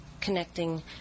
connecting